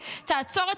תתעורר.